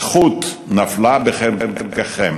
זכות נפלה בחלקכם